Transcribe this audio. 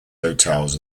hotels